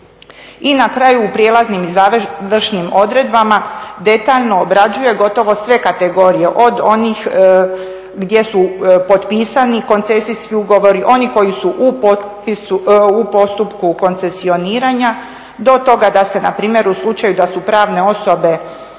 I na kraju u prijelaznim i završnim odredbama detaljno obrađuje gotovo sve kategorije, od onih gdje su potpisani koncesijski ugovori, oni koji su u postupku koncesioniranja do toga da se npr. u slučaju da su pravne osobe